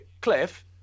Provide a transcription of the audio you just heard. Cliff